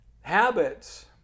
Habits